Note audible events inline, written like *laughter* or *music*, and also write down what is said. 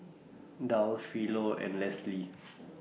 Darl Philo and Leslie *noise*